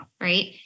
Right